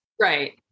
Right